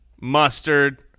mustard